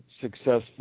successful